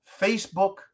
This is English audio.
Facebook